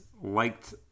liked